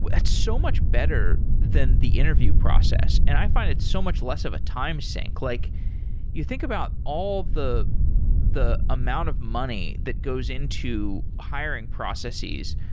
that's so much better than the interview process. and i find it's so much less of a time sink like you think about all the the amount of money that goes into hiring processes,